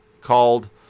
called